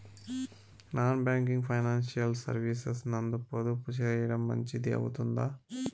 Non banking financial services నందు పొదుపు సేయడం మంచిది అవుతుందా?